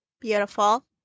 Beautiful